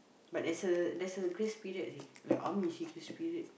but there's a there's a grace period seh like army seh grace period